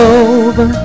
over